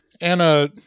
Anna